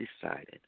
decided